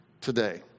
today